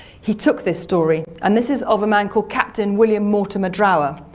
he took this story, and this is of a man called captain william mortimer drower.